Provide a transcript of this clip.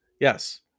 Yes